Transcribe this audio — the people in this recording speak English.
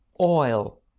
oil